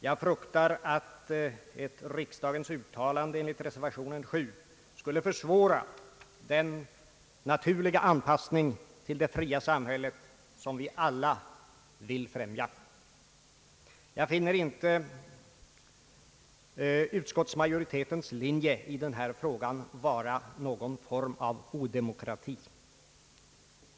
Jag fruktar att ett riksdagens uttalande enligt reservationen 7 på samma sätt skulle försvåra den naturliga anpassning till det fria samhället som vi alla vill främja. Jag finner inte utskottsmajoritetens linje i den här frågan vara någon form av »odemokrati».